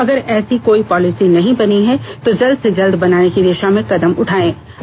अगर ऐसी कोई पॉलिसी नहीं बनी है तो जल्द से जल्द बनाने की दि शा में कदम उठाए जाएं